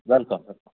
welcome sir